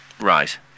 Right